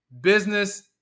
business